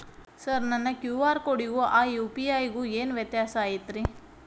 Sir ನನ್ನ QR ಕೊಡಿಗೂ ಆ ಯು.ಪಿ.ಐ ಗೂ ಏನ್ ವ್ಯತ್ಯಾಸ ಐತ್ರಿ?